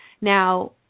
Now